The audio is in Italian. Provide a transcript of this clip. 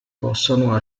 possano